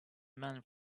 man